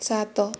ସାତ